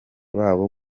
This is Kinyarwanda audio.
babo